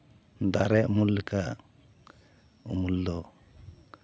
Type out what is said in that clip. ᱫᱟᱨᱮ ᱩᱢᱩᱞ ᱞᱮᱠᱟ ᱩᱢᱩᱞ ᱫᱚ